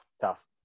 Tough